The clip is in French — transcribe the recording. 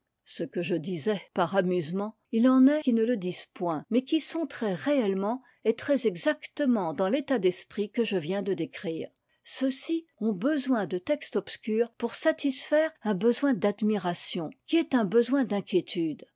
ce que je disais par amusement il en est qui ne le disent point mais qui sont très réellement et très exactement dans l'état d'esprit que je viens de décrire ceux-ci ont besoin de texte obscur pour satisfaire un besoin d'admiration qui est un besoin d'inquiétude